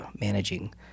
managing